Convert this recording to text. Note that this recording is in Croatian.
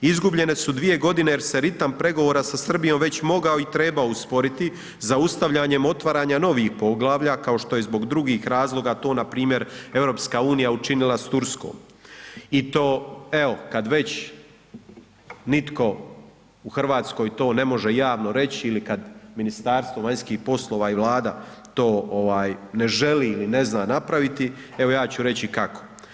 Izgubljene su 2 godine jer se ritam pregovora sa Srbijom već mogao i trebao usporiti zaustavljanjem otvaranja novih poglavalja kao što je zbog drugih razloga to npr. EU učinila s Turskom i to evo kad već nitko u Hrvatskoj to ne može javno reći ili kad Ministarstvo vanjskih poslova i Vlada to ovaj ne želi ili ne zna napraviti, evo ja ću reći i kako.